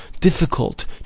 difficult